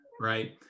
right